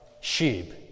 sheep